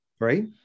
right